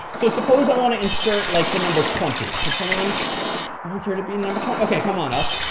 so suppose i want to insert like the number twenty? could someone volunteer to be number twenty? ok. come on up.